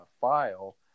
file